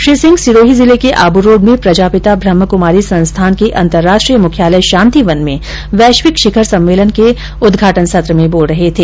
श्री सिंह सिरोही जिले के आब्रोड में प्रजापिता ब्रह्माकुमारी संस्थान के अंतरराष्ट्रीय मुख्यालय शांतिवन में वैश्विक शिखर सम्मेलन के उदघाटन सत्र में बोल रहे थे